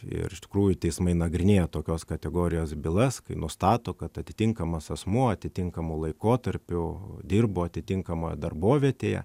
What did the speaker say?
ir iš tikrųjų teismai nagrinėja tokios kategorijos bylas kai nustato kad atitinkamas asmuo atitinkamu laikotarpiu dirbo atitinkamoje darbovietėje